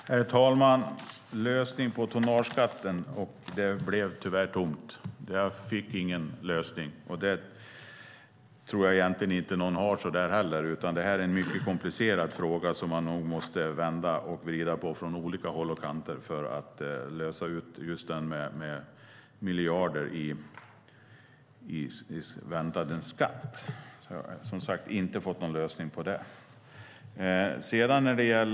Herr talman! Det blev tyvärr tomt i fråga om lösning på tonnageskatten - jag fick ingen lösning. Jag tror egentligen inte att någon har det heller. Det är en mycket komplicerad fråga som man nog måste vända och vrida på och se från olika håll och kanter för att lösa ut detta med miljarder i skatt. Jag har som sagt inte fått någon lösning på det.